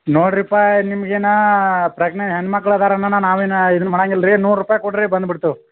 ನೋಡ್ರಿಪಾ ನಿಮಗೆ ನಾ ಪ್ರೆಗ್ನೆ ಹೆಣ್ಣು ಮಕ್ಳು ಅದರನ ನಾವೇನ ಇದನ್ನ ಮಾಡಂಗಿಲ್ಲ ರೀ ನೂರು ರೂಪಾಯಿ ಕೊಡ್ರಿ ಬಂದು ಬಿಡ್ತವೆ